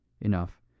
Enough